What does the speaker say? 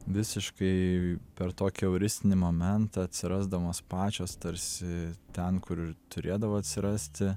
visiškai per tokį euristinį momentą atsirasdamos pačios tarsi ten kur ir turėdavo atsirasti